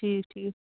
ٹھیٖک ٹھیٖک